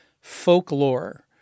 folklore